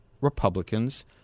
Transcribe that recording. Republicans